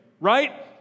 right